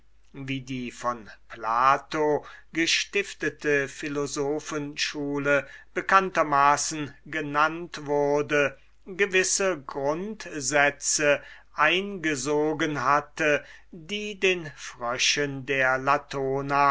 wie die von plato gestiftete philosophenschule bekanntermaßen genennt wurde gewisse grundsätze eingesogen hatte die den fröschen der latona